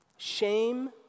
Shame